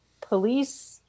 police